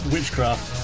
Witchcraft